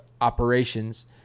operations